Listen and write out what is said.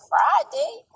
Friday